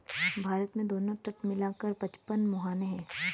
भारत में दोनों तट मिला कर पचपन मुहाने हैं